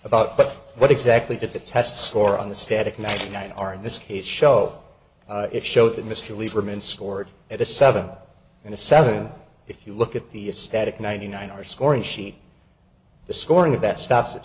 but what exactly did the test score on the static ninety nine are in this case show it showed that mr lieberman stored at a seven and a seven if you look at the static ninety nine are scoring sheet the scoring of that stops at